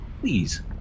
Please